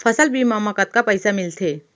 फसल बीमा म कतका पइसा मिलथे?